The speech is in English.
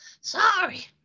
Sorry